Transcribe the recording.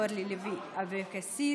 אורלי לוי אבקסיס,